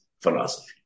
philosophy